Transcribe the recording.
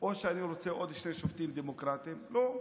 או שאני רוצה עוד שני שופטים דמוקרטיים, לא,